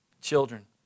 children